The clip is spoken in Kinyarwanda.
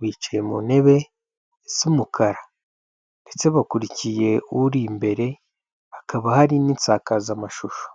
bicaye mu ntebe zisa umukara ndetse bakurikiye uri imbere hakaba hari n'insakazamashusho.